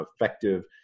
effective